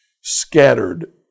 scattered